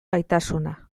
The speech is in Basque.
gaitasuna